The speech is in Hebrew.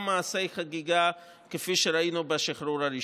מעשי חגיגה כפי שראינו בשחרור הראשון.